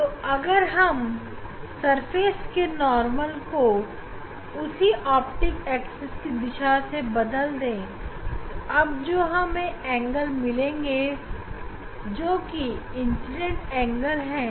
तो अगर हम सरफेस के नॉर्मल को उसकी ऑप्टिक एक्सिस की दिशा से बदल दे तो अब जो हमें एंगल मिलेंगे जो कि इंसीडेंट एंगल है